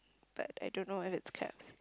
but I don't know if it's caps